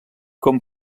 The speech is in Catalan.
com